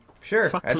sure